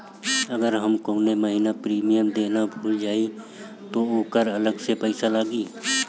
अगर हम कौने महीने प्रीमियम देना भूल जाई त ओकर अलग से पईसा लागी?